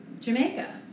Jamaica